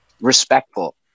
respectful